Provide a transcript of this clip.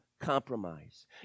compromise